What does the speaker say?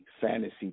fantasy